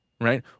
right